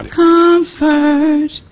comfort